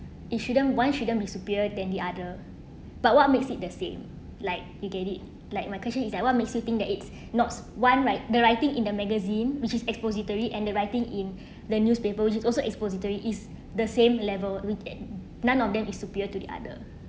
it shouldn't one shouldn't be superior than the other but what makes it the same like you get it like my question is like what makes you think that it's not one right the writing in the magazine which is expository and the writing in the newspaper which is also expository is the same level with none of them is superior to the other